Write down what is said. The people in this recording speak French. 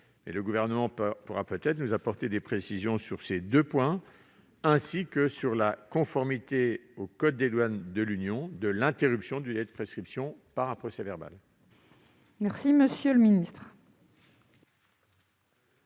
Le Gouvernement pourrait-il nous apporter des précisions sur ces deux points, ainsi que sur la conformité au code des douanes de l'Union de l'interruption du délai de prescription par un procès-verbal ? Quel est